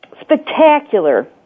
spectacular